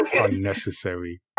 Unnecessary